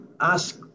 ask